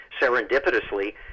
serendipitously